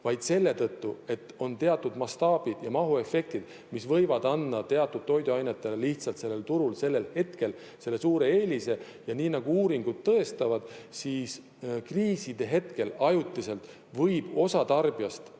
vaid selle tõttu, et on teatud mastaabid ja mahuefektid, mis võivad anda teatud toiduainetele lihtsalt sellel turul sellel hetkel selle suure eelise. Nii nagu uuringud tõestavad, siis kriiside hetkel ajutiselt võib osa tarbijaist,